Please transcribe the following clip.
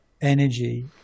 energy